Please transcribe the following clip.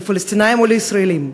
לפלסטינים או לישראלים.